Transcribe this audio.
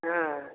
हँ